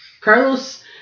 Carlos